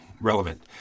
relevant